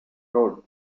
road